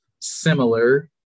similar